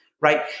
right